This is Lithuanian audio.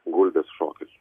gulbės šokis